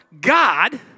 God